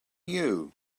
you